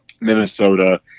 Minnesota